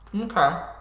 Okay